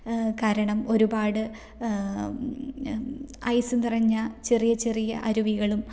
കാരണം ഒരുപാട് ഐസ് നിറഞ്ഞ ചെറിയ ചെറിയ അരുവികളും